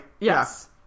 Yes